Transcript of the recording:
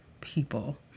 people